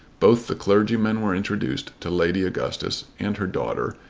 both the clergymen were introduced to lady augustus and her daughter,